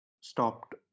Stopped